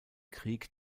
krieg